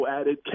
added